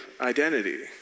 identity